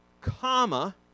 comma